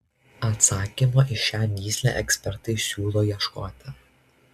atsakymo į šią mįslę ekspertai siūlo ieškoti